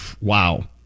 wow